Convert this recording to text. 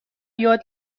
یاد